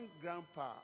Grandpa